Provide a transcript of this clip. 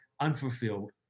unfulfilled